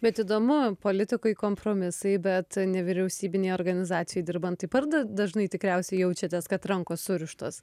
bet įdomu politikui kompromisai bet nevyriausybinėj organizacijoj dirbant taip pat da dažnai tikriausiai jaučiatės kad rankos surištos